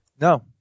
No